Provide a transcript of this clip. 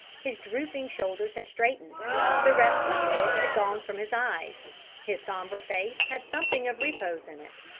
his drooping shoulders had straightened the restless look had gone from his eyes his sombre face had something of repose in it,